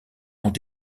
ont